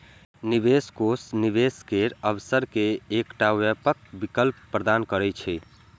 निवेश कोष निवेश केर अवसर के एकटा व्यापक विकल्प प्रदान करै छै